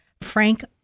Frank